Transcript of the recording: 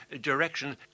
direction